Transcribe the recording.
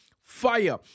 fire